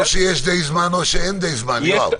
או שיש די זמן או שאין די זמן, יואב.